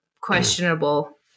questionable